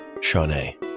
Shawnee